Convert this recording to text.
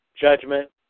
judgment